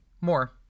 More